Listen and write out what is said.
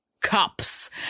cups